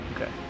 Okay